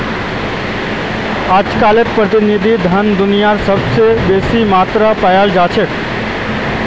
अजकालित प्रतिनिधि धन दुनियात सबस बेसी मात्रात पायाल जा छेक